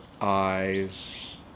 eyes